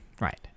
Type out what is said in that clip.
Right